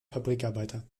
fabrikarbeiter